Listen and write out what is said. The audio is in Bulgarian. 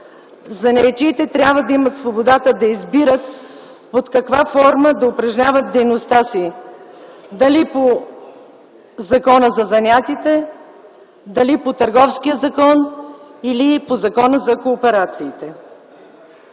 Занаятчиите трябва да имат свободата да избират под каква форма да упражняват дейността си – дали по Закона за занаятите, дали по Търговския закон или по Закона за кооперациите.